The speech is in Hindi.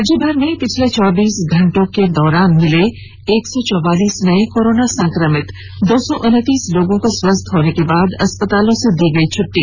राज्यभर में पिछले चौबीस घंटे के दौरान मिले एक सौ चौवालीस नए कोरोना संक्रमित दो सौ उन्तीस लोगों को स्वस्थ होने के बाद अस्पतालों से दी छुट्टी